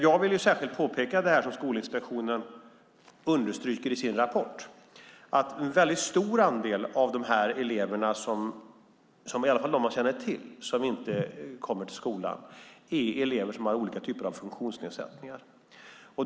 Jag vill särskilt påpeka det som Skolinspektionen understryker i sin rapport, nämligen att en stor andel av de elever som inte kommer till skolan - åtminstone av dem man känner till - är elever som har olika typer av funktionsnedsättning.